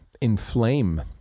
inflame